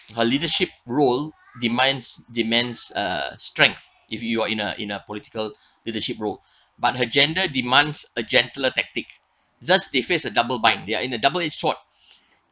her leadership role demands demands uh strength if you are in a in a political leadership role but her gender demands a gentler tactic that's the face a double bind yeah in the in a double it short